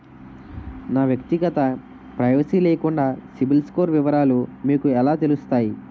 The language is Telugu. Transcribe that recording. నా వ్యక్తిగత ప్రైవసీ లేకుండా సిబిల్ స్కోర్ వివరాలు మీకు ఎలా తెలుస్తాయి?